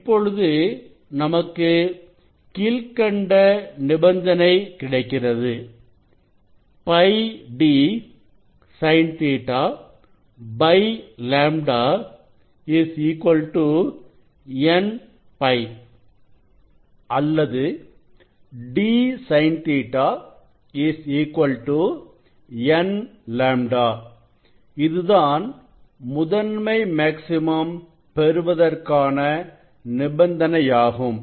இப்பொழுது நமக்கு கீழ்க்கண்ட நிபந்தனை கிடைக்கிறது πd SinƟ λ nπ அல்லது d SinƟ n λ இதுதான் முதன்மை மேக்ஸிமம் பெறுவதற்கான நிபந்தனையாகும்